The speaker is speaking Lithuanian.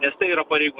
nes tai yra pareigūnas